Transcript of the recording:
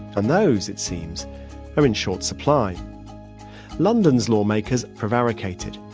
and those it seems are in short supply london's lawmakers prevaricated,